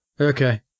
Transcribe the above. Okay